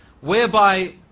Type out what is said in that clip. whereby